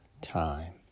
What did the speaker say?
time